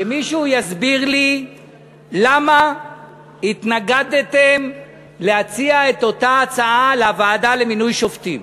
שמישהו יסביר לי למה התנגדתם להציע את אותה הצעה לוועדה למינוי שופטים?